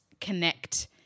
connect